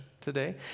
today